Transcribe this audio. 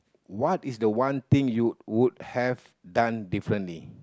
what is the one thing you would have done differently